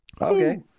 Okay